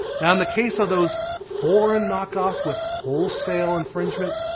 now in the case of those foreign knock offs with wholesale infringement,